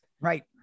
Right